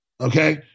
Okay